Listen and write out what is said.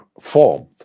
formed